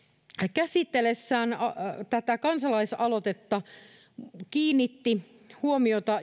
käsitellessään tätä kansalaisaloitetta kiinnitti huomiota